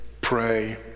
pray